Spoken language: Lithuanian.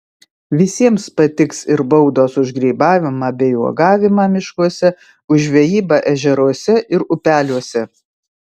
visiems patiks ir baudos už grybavimą bei uogavimą miškuose už žvejybą ežeruose ir upeliuose